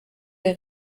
der